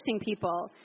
people